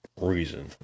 reason